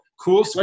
Cool